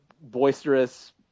boisterous